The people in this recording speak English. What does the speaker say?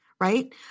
right